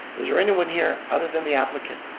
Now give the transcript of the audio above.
is there anyone here, other than the applicant?